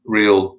real